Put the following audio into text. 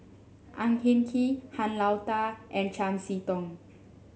Ang Hin Kee Han Lao Da and Chiam See Tong